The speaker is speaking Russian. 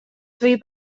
свои